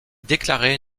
déclarée